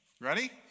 Ready